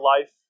life